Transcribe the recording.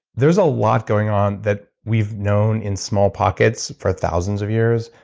there's a lot going on that we've known in small pockets for thousands of years,